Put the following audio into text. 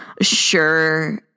sure